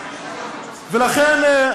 ולכן,